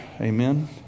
Amen